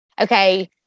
okay